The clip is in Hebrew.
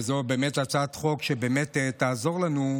וזו הצעת חוק שבאמת תעזור לנו,